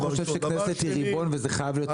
אני חושב שכנסת היא ריבון וזה חייב להיות מעוגן בחקיקה.